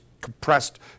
compressed